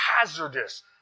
hazardous